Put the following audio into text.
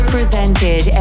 Presented